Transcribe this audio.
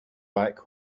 back